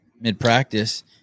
mid-practice